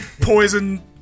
Poison